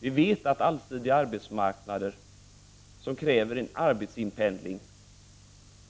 Vi vet att allsidiga arbetsmarknader — där det krävs en arbetsinpendling,